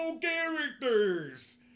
characters